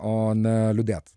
o ne liūdėt